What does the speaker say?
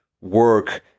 work